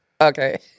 okay